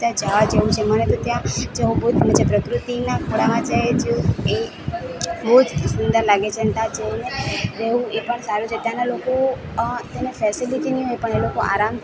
ત્યાં જવા જેવું છે મને તો ત્યાં જવું બહુ જ ગમે છે પ્રકૃતિના ખોળામાં જાયા જેવું એ બહુ જ સુંદર લાગે છે ને ત્યાં જઈને રહેવું એ પણ સારું છે ત્યાંના લોકો તેને ફેસીલીટી નહીં હોય પણ એ લોકો આરામથી